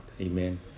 Amen